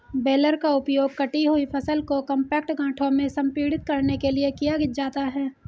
baler का उपयोग कटी हुई फसल को कॉम्पैक्ट गांठों में संपीड़ित करने के लिए किया जाता है